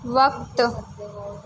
وقت